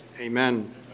Amen